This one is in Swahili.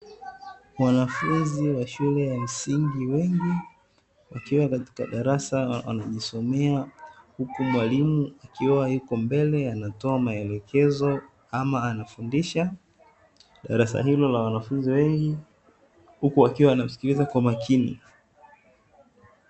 Wanafunzi wa shule ya msingi wengi wakiwa katika darasa wanajisomea, huku mwalimu akiwa yuko mbele anatoa maelekezo ama anafundisha darasa hilo la wanafunzi wengi, huku wakiwa wanamsikiliza kwa makini.